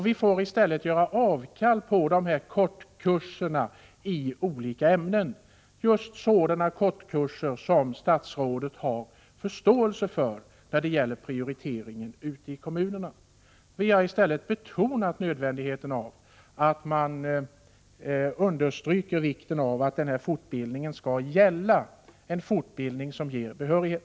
Vi får i stället göra avkall på kortkurser i olika ämnen — just sådana kurser som statsrådet talade om när han sade att han hade förståelse för prioriteringen ute i kommunerna. Vi har i stället betonat att man måste understryka vikten av att fortbildningen skall gälla en utbildning som ger behörighet.